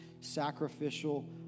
sacrificial